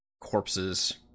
corpses